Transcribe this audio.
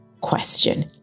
question